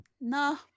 No